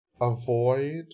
avoid